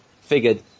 figured